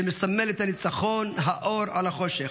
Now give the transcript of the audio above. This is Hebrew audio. שמסמל את ניצחון האור על החושך,